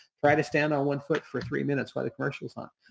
try to stand on one foot for three minutes while the commercial is on.